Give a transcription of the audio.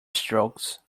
strokes